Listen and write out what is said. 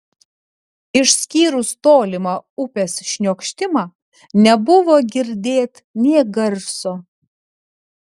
išskyrus tolimą upės šniokštimą nebuvo girdėt nė garso